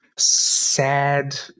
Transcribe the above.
sad